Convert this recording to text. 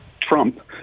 Trump